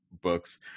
books